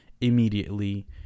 immediately